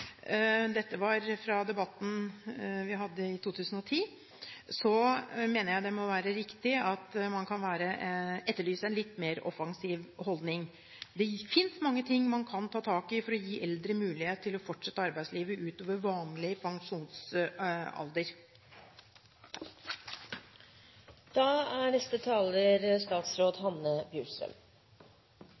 2010 – mener jeg det må være riktig å etterlyse en litt mer offensiv holdning. Det fins mange ting man kan ta tak i for å gi eldre mulighet til å fortsette i arbeidslivet utover vanlig pensjonsalder. La meg bare understreke at sammenligningen med EU – og det er